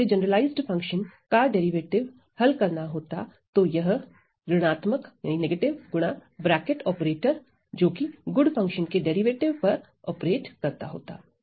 यदि मुझे generalize function का डेरिवेटिव हल करना होता तो यह ऋणात्मक गुना ब्रैकेट ऑपरेटर जोकि गुड फंक्शन के डेरिवेटिव पर ऑपरेट करता होता